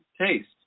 taste